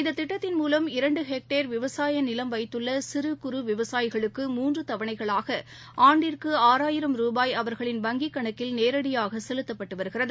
இந்ததிட்டத்தின் மூலம் இரண்டுஹெக்டேர் விவசாயநிலம் வைத்துள்ளசிறு குறு விவசாயிகளுக்கு மூன்றுதவணைகளாகஆண்டிற்குஆறாயிரம் ரூபாய் வங்கிக் கணக்கில் நேரடியாகசெலுத்தப்பட்டுவருகிறது